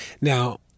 Now-